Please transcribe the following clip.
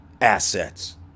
assets